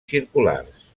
circulars